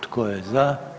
Tko je za?